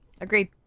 Agreed